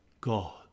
God